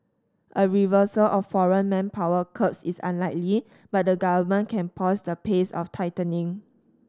a reversal of foreign manpower curbs is unlikely but the government can pause the pace of tightening